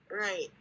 Right